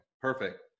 perfect